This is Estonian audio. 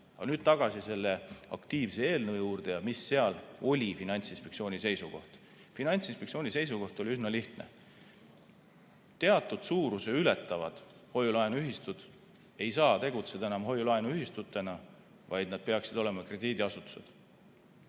Aga nüüd tagasi selle aktiivse eelnõu juurde, mis seal oli Finantsinspektsiooni seisukoht. Finantsinspektsiooni seisukoht oli üsna lihtne. Teatud suuruse ületavad hoiu-laenuühistud ei saa tegutseda enam hoiu-laenuühistutena, vaid nad peaksid olema krediidiasutused.